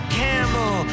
camel